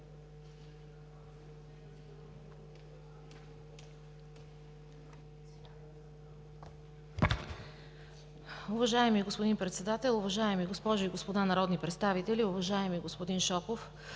уважаеми господин Председател. Уважаеми госпожи и господа народни представители! Уважаема госпожо